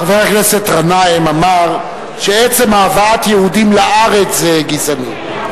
חבר הכנסת גנאים אמר שעצם הבאת יהודים לארץ זה גזענות.